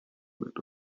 but